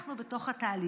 אנחנו בתוך התהליך.